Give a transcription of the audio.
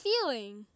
feeling